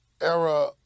era